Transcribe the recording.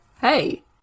hey